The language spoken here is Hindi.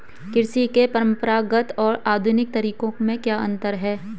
कृषि के परंपरागत और आधुनिक तरीकों में क्या अंतर है?